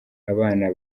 abana